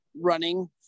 running